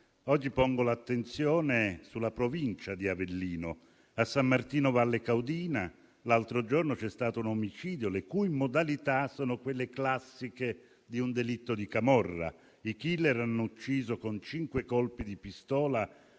Oggi pongo l'attenzione sulla Provincia di Avellino. A San Martino Valle Caudina l'altro giorno c'è stato un omicidio le cui modalità sono quelle classiche di un delitto di camorra: i killer hanno ucciso con cinque colpi di pistola